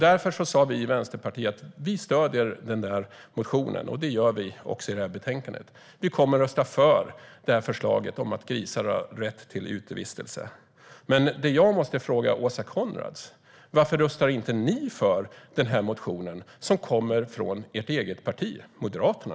Därför sa vi i Vänsterpartiet att vi ska stödja motionen, och det gör vi i betänkandet. Vi kommer att rösta för förslaget om att grisar ska ha rätt till utevistelse. Det jag måste fråga Åsa Coenraads är: Varför röstar inte ni för denna motion från ert eget parti, Moderaterna?